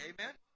Amen